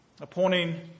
appointing